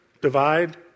Divide